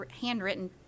handwritten